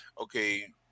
okay